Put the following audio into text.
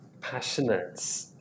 passionate